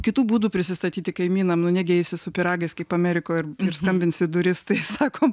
kitų būdų prisistatyti kaimynam nu negi eisi su pyragais kaip amerikoj ir skambinsi į duris tai sakom